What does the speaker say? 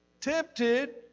Tempted